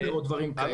או דברים כאלה.